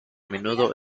menudo